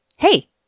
Hey